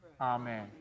amen